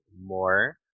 more